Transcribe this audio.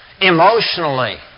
emotionally